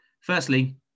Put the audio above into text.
Firstly